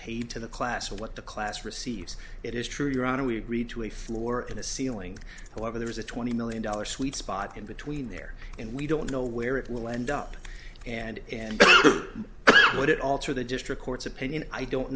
paid to the class for what the class receives it is true your honor we agreed to a floor in the ceiling however there is a twenty million dollars sweet spot in between there and we don't know where it will end up and and put it all to the district court's opinion i don't